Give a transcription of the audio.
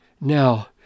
Now